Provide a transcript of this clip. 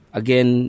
again